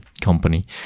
company